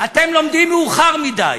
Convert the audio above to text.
אתם לומדים מאוחר מדי.